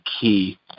key